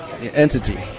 entity